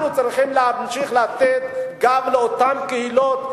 אנחנו צריכים להמשיך לתת גם לאותן קהילות,